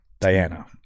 Diana